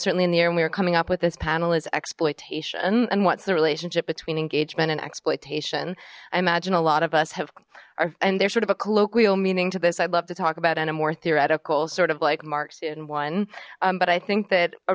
certainly in the air and we were coming up with this panel is exploitation and what's the relationship between engagement and exploitation i imagine a lot of us have and they're sort of a colloquial meaning to this i'd love to talk about a more theoretical sort of like marx in one but i think that